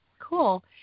Cool